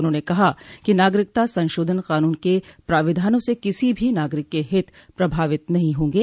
उन्होंने कहा कि नागरिकता संशोधन कानून के प्रावधानों से किसी भी नागरिक के हित प्रभावित नहीं होंगे